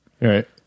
right